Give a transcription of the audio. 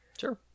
Sure